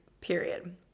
period